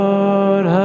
Lord